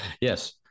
Yes